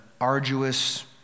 arduous